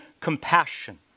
compassion